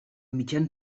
mitjans